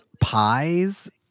pies